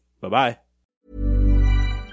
Bye-bye